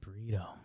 Burrito